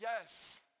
Yes